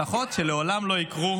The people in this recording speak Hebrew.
הבטחות שלעולם לא יקרו,